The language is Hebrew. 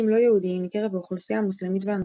לא-יהודיים מקרב האוכלוסייה המוסלמית והנוצרית.